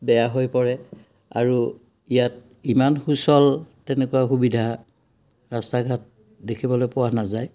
বেয়া হৈ পৰে আৰু ইয়াত ইমান সুচল তেনেকুৱা সুবিধা ৰাস্তা ঘাট দেখিবলৈ পোৱা নাযায়